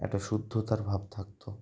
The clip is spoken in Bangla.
একটা শুদ্ধতার ভাব থাকতো